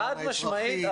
חד משמעית,